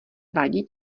vadí